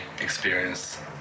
experience